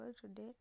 today